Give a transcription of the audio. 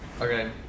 okay